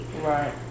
Right